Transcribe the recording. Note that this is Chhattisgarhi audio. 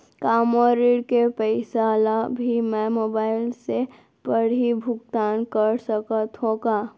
का मोर ऋण के पइसा ल भी मैं मोबाइल से पड़ही भुगतान कर सकत हो का?